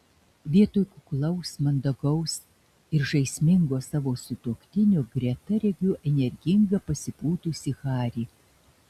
vietoj kuklaus mandagaus ir žaismingo savo sutuoktinio greta regiu energingą pasipūtusį harį